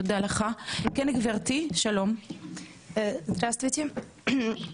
גברתי, בבקשה.